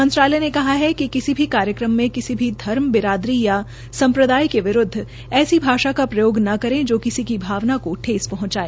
मंत्रालय ने कहा कि किसी भी कार्यक्रम में किसी भी धर्म बिरादरी और सप्प्रदाय के विरूदव ऐसी भाषा का प्रयोग न करें जो किसी की भावना को ठेस पहुंचाए